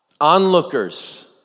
onlookers